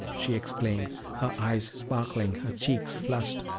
she exclaimed, her eyes sparkling, her cheeks flushed.